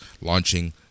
launching